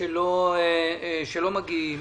שלא מגיעים.